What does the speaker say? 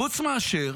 חוץ מאשר